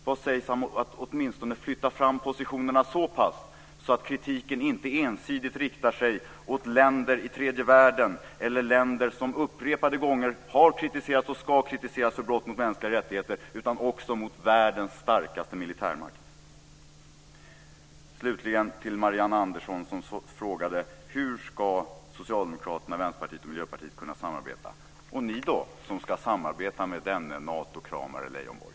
Vad sägs om att åtminstone flytta fram positionerna så pass att kritiken inte ensidigt riktar sig mot länder i tredje världen eller länder som upprepade gånger har kritiserats och ska kritiseras för brott mot mänskliga rättigheter utan också mot världens starkaste militärmakt? Miljöpartiet kunna samarbeta? Och ni då, som ska samarbeta med denne Natokramare Leijonborg?